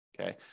Okay